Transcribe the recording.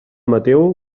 mateu